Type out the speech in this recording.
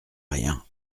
rien